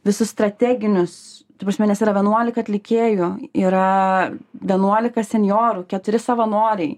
visus strateginius ta prasme nes yra vienuolika atlikėjų yra vienuolika senjorų keturi savanoriai